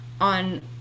on